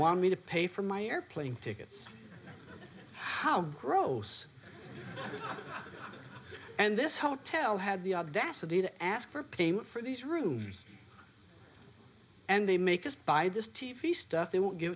want me to pay for my airplane ticket how gross and this hotel had the audacity to ask for payment for these rooms and they make us buy this t v stuff they won't give